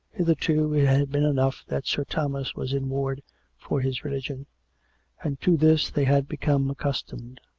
hitherto it had been enough that sir thomas was in ward for his religion and to this they had become accustomed.